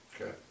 Okay